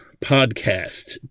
podcast